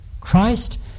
Christ